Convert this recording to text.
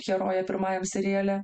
heroję pirmajam seriale